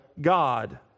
God